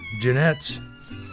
Jeanette's